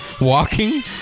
walking